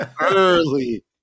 early